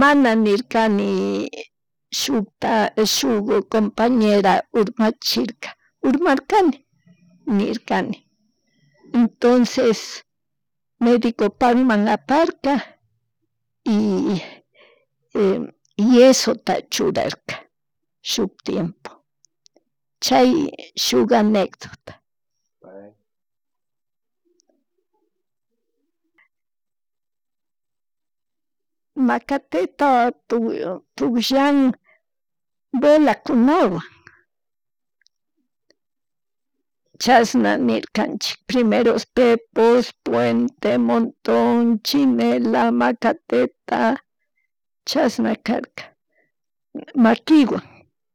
mana nirkani shut, shuk compañera urmachirka, urmarkani nirkani, entonces, mediconpakman aparka y hiesota churarka shuk tiempo chay shuk anegdota. Maka tetata pugllana velakunawan, chashna nirkanchik primeros pepos, puente, montón, chimela, macateta, chashna karka maquiwan